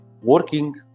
working